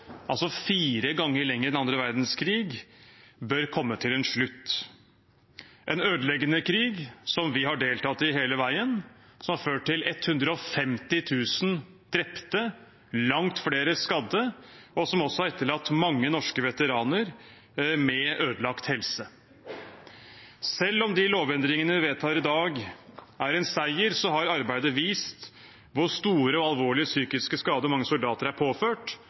fire ganger lenger enn annen verdenskrig, bør komme til en slutt. Det er en ødeleggende krig som vi har deltatt i hele veien, som har ført til 150 000 drepte, langt flere skadde, og som også har etterlatt mange norske veteraner med ødelagt helse. Selv om de lovendringene vi vedtar i dag, er en seier, har arbeidet vist hvor store og alvorlige psykiske skader mange soldater er påført,